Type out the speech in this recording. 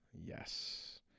Yes